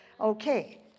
Okay